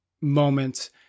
moments